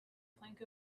plank